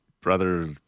brother